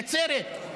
נצרת.